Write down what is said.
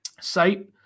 site